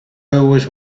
always